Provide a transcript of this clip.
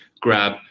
Grab